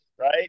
right